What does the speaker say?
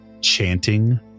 chanting